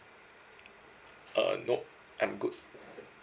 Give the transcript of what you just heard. uh nop I'm good